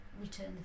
return